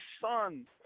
son